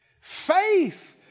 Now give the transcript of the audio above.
Faith